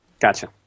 Gotcha